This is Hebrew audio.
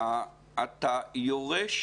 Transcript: אתה יורש